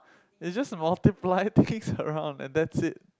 it's just multiply things around and that's it